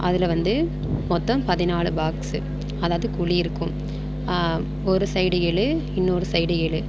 அதில் வந்து மொத்தம் பதினாலு பாக்ஸு அதாவது குழி இருக்கும் ஒரு சைடு ஏழு இன்னொரு சைடு ஏழு